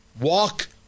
Walk